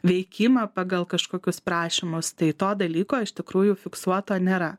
veikimą pagal kažkokius prašymus tai to dalyko iš tikrųjų fiksuoto nėra